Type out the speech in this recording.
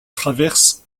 traverses